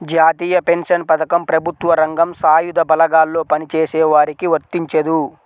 జాతీయ పెన్షన్ పథకం ప్రభుత్వ రంగం, సాయుధ బలగాల్లో పనిచేసే వారికి వర్తించదు